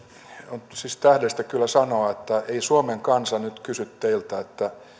on siis tähdellistä kyllä sanoa että ei suomen kansa nyt kysy teiltä